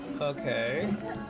Okay